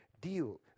deal